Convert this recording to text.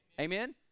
Amen